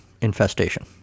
infestation